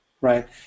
Right